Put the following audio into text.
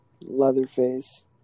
Leatherface